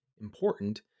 important